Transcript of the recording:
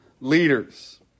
leaders